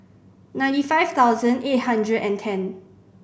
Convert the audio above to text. ninety five thousand eight hundred and ten